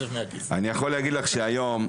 אני יכול להגיד לך שהיום,